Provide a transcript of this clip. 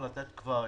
ולכן,